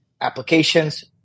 applications